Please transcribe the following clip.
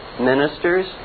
ministers